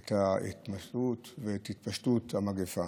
את התמשכות ואת התפשטות המגפה.